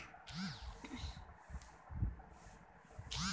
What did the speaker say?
खेत खार के बन ल मारे बर बीच बीच म सरलग निंदई कोड़ई करे ल परथे